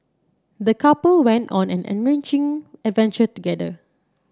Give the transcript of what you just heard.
the couple went on an enriching adventure together